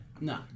No